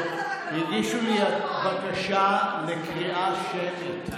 ב-04:00 הגישו לי בקשה לקריאה שמית,